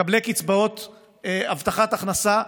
מקבלי קצבאות הבטחת הכנסה,